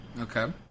okay